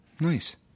Nice